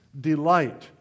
delight